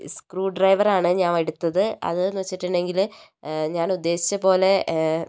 ഈ സ്ക്രൂഡ്രൈവർ ആണ് ഞാൻ എടുത്തത് അതെന്ന് വെച്ചിട്ടുണ്ടെങ്കിൽ ഞാൻ ഉദ്ദേശിച്ചത് പോലെ